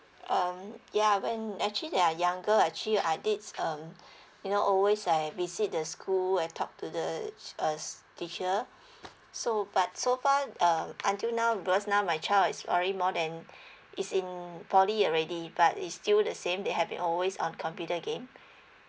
um yeah when actually they are younger actually I did um you know always like visit the school and talk to the uh teacher so but so far um until now because now my child is already more than is in poly already but is still the same they have been always on computer game